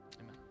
Amen